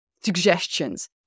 suggestions